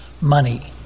money